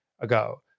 ago